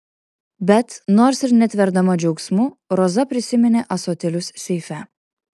bet nors ir netverdama džiaugsmu roza prisiminė ąsotėlius seife